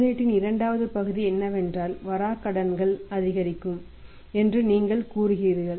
முதலீட்டின் இரண்டாவது பகுதி என்னவென்றால் வராக்கடன்கள் அதிகரிக்கும் என்று நீங்கள் கூறுகிறீர்கள்